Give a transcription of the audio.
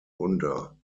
unter